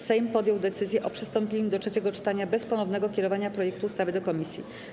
Sejm podjął decyzję o przystąpieniu do trzeciego czytania bez ponownego kierowania projektu ustawy do komisji.